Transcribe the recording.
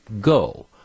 go